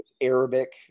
arabic